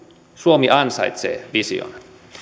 suomi ansaitsee vision